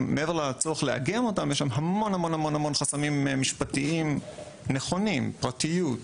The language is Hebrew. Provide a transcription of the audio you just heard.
מעבר לצורך לאגם אותם יש שם המון המון חסמים משפטיים נכונים פרטיות,